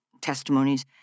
testimonies